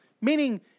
Meaning